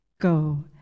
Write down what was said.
Go